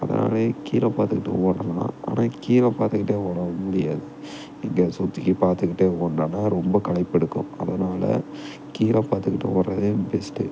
அதனாலயே கீழே பார்த்துக்கிட்டு ஓடலாம் ஆனால் கீழே பார்த்துக்கிட்டே ஓடவும் முடியாது இங்கே சுற்றி பார்த்துக்கிட்டே ஓடினோனா ரொம்ப களைப்பு எடுக்கும் அதனாலே கீழே பார்த்துக்கிட்டு ஓடுவதே பெஸ்ட்டு